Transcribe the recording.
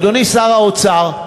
אדוני שר האוצר,